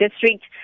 District